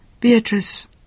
Beatrice